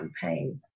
campaign